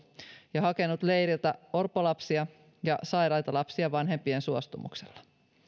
ja hakenut leiriltä orpolapsia ja sairaita lapsia vanhempien suostumuksella